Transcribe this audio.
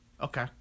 Okay